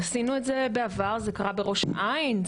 עשינו את זה בעבר זה קרה בראש העין,